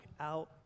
out